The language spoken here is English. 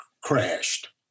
crashed